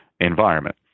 environment